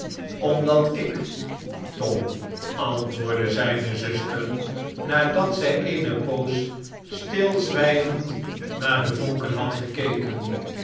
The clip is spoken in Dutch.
omdat ik tom antwoordde zijne zuster nadat zij eene poos stilzwijgend naar de vonken had gekeken